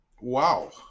Wow